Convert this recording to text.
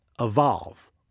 evolve